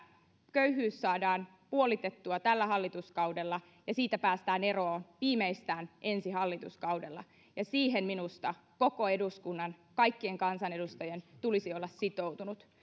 köyhyys saadaan puolitettua tällä hallituskaudella ja siitä päästään eroon viimeistään ensi hallituskaudella siihen minusta koko eduskunnan kaikkien kansanedustajien tulisi olla sitoutunut